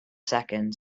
seconds